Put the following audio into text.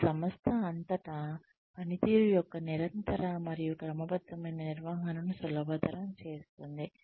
ఇది సంస్థ అంతటా పనితీరు యొక్క నిరంతర మరియు క్రమబద్ధమైన నిర్వహణను సులభతరం చేస్తుంది